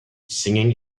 singing